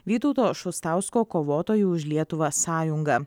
vytauto šustausko kovotojų už lietuvą sąjunga